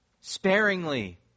sparingly